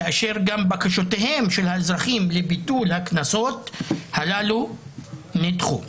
כאשר גם בקשותיהם של האזרחים לביטול הקנסות הללו נדחו.